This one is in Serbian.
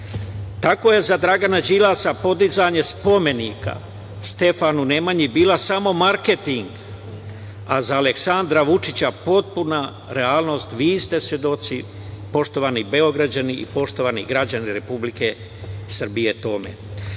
je za Dragana Đilasa podizanje spomenika Stefanu Nemanji bila samo marketing, a za Aleksandra Vučića potpuna realnost. Vi ste svedoci, poštovani Beograđani i poštovani građani Republike Srbije, tome. Tako